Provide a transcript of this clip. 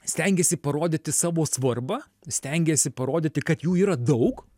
stengiasi parodyti savo svarbą stengiasi parodyti kad jų yra daug